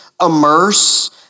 Immerse